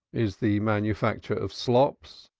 is the manufacture of slops,